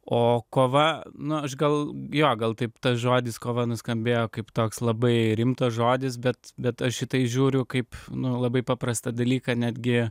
o kova nu aš gal jo gal taip žodis kova nuskambėjo kaip toks labai rimtas žodis bet bet aš į tai žiūriu kaip labai paprastą dalyką netgi